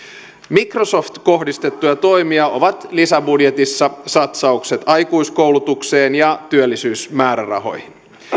microsoft kohdistettuja toimia ovat lisäbudjetissa satsaukset aikuiskoulutukseen ja työllisyysmäärärahoihin